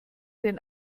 den